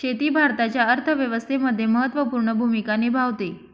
शेती भारताच्या अर्थव्यवस्थेमध्ये महत्त्वपूर्ण भूमिका निभावते